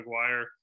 McGuire